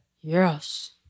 Yes